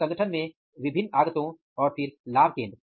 संगठन में विभिन्न आगतों और फिर लाभ केंद्र